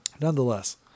Nonetheless